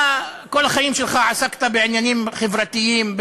אתה כל החיים שלך עסקת בעניינים חברתיים,